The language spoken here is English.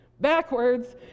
backwards